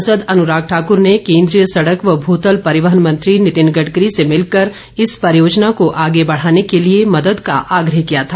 सांसद अनुराग ठाकर ने केंद्रीय सडक व भूतल परिवहन मंत्री नितिन गडकरी से मिलकर इस परियोजना को आगें बढ़ाने के लिए मदद का आग्रह किया था